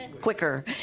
quicker